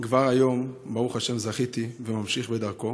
כבר היום, ברוך השם, זכיתי ואני ממשיך בדרכו,